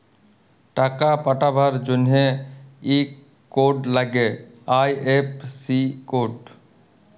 টাকা পাঠাবার জনহে ইক কোড লাগ্যে আই.এফ.সি কোড